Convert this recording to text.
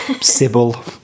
Sybil